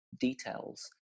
details